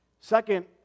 Second